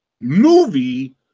movie